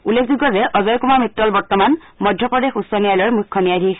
উল্লেখযোগ্য যে অজয় কুমাৰ মিট্টল বৰ্তমান মধ্যপ্ৰদেশ উচ্চ ন্যায়ালয়ৰ মুখ্য ন্যায়াধীশ